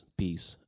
peace